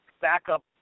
backup